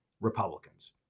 Republicans